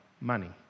money